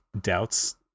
doubts